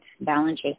balance